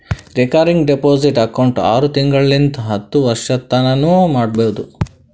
recurring deposit account ಆರು ತಿಂಗಳಿಂತ್ ಹತ್ತು ವರ್ಷತನಾನೂ ಮಾಡ್ಬೋದು